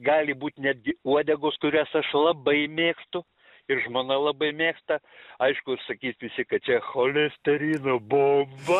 gali būt netgi uodegos kurias aš labai mėgstu ir žmona labai mėgsta aišku sakys visi kad čia cholesterino bomba